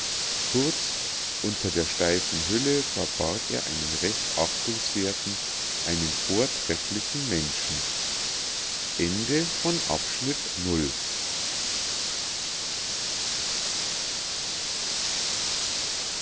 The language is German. kurz unter der steifen hülle verbarg er einen recht achtungswerthen einen vortrefflichen menschen